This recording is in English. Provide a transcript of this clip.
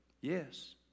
Yes